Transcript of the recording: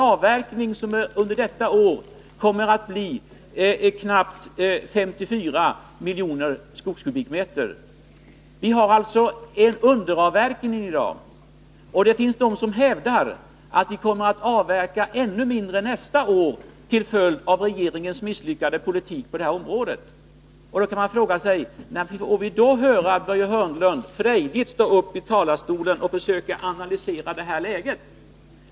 Avverkningen i år kommer att uppgå till knappt 54 miljoner skogskubikmeter. Vi har alltså en underavverkning i dag. Det finns de som hävdar att det kommer att avverkas ännu mindre nästa år till följd av regeringens misslyckade politik på detta område. Då kan man fråga sig, om Börje Hörnlund längre fram frejdigt ställer sig i talarstolen och försöker analysera läget.